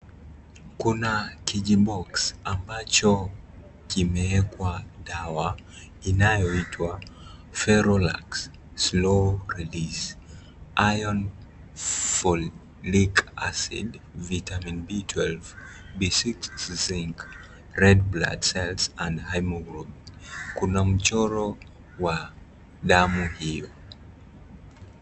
Kuna kijiboxi ambacho kimeekwa dawa inayoitwa Ferolax slow release iron foric acid, vitamin B12, B6, zinc red blood cells and haemoglobin. Kuna mchoro wa damu hiyo.